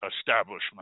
establishment